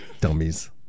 dummies